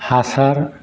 हासार